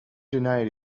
denied